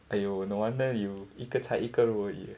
!aiyo! no wonder you 一个菜一个肉而已 leh